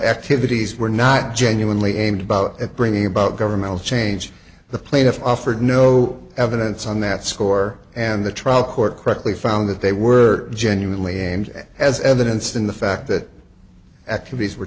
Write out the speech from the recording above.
activities were not genuinely aimed about bringing about governmental change the plaintiff offered no evidence on that score and the trial court correctly found that they were genuinely and as evidenced in the fact that activities were